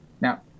Now